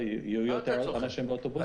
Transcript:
אבל יהיו יותר אנשים באוטובוסים,